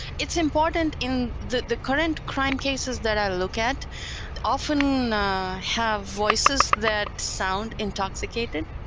it's important in the the current crime cases that i look at often have voices that sound intoxicated,